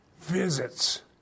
visits